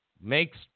Makes